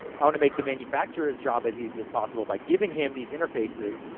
i wanna make the manufacturer's job as easy as possible, by giving him these interfaces,